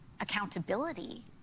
accountability